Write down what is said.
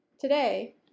Today